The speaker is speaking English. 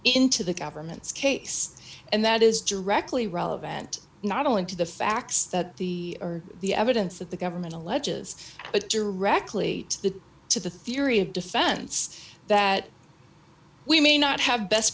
into the government's case and that is directly relevant not only to the facts that the or the evidence that the government alleges but directly to the theory of defense that we may not have best